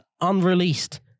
unreleased